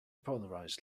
polarized